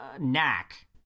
Knack